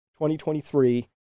2023